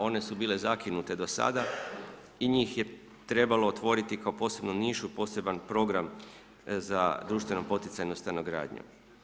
One su bile zakinute do sada i njih je trebalo otvoriti kao posebnu nišu, poseban program za društveno poticanu stanogradnju.